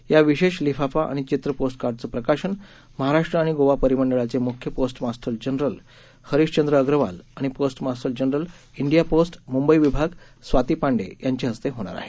या विशेष लिफाफा आणि चित्र पोस्टकार्डचं प्रकाशन महाराष्ट्र आणि गोवा परिमंडळाचे मुख्य पोस्टमास्टर जनरल हरीश चंद्र अग्रवाल आणि postmaster general India post Mumbai विभाग स्वाती पांडे यांच्या हस्ते होणार आहे